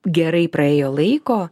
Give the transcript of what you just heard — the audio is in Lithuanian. gerai praėjo laiko